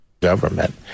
Government